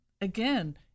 again